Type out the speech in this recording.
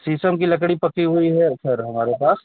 शीशम की लकड़ी पकी हुई है सर हमारे पास